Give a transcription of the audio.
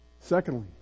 Secondly